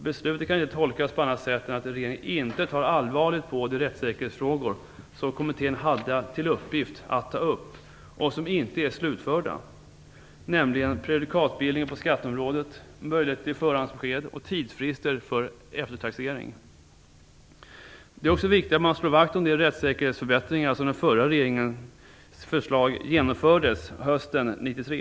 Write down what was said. Beslutet kan inte tolkas på annat sätt än att regeringen inte tar allvarligt på de rättssäkerhetsfrågor som kommittén hade till uppgift att ta upp. Den uppgiften är inte slutförd. Det gäller prejudikatbildningen på skatteområdet, möjligheter till förhandsbesked och tidsfrister för eftertaxering. Det är också viktigt att man slår vakt om de rättssäkerhetsförbättringar som den förra regeringen föreslog och genomförde hösten 1993.